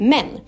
Men